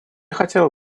хотела